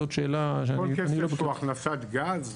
זאת שאלה שאני לא בטוח --- כל כסף שהוא הכנסת גז,